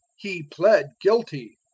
he plead guilty.